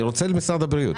אני רוצה על משרד הבריאות.